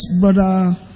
brother